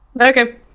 Okay